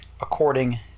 according